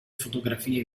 fotografie